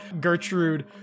Gertrude